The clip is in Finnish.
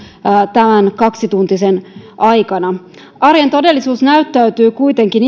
tämän kaksituntisen aikana arjen todellisuus näyttäytyy kuitenkin